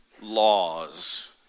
laws